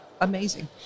amazing